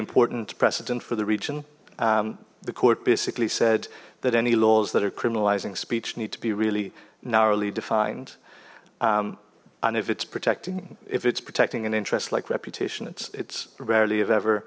important precedent for the region the court basically said that any laws that are criminalizing speech need to be really narrowly defined and if it's protecting if it's protecting an interest like reputation it's it's rarely if